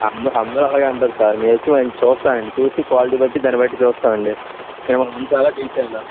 అందరూ అందరూ అలాగే అంటారు సార్ మేము వచ్చి మేం చూస్తాంలెండి చూసి క్వాలిటీ బట్టి దాన్ని బట్టి చూస్తామండి మిమల్ని ఉంచాలా తీసేయాల